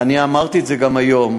אני אמרתי את זה גם היום.